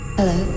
Hello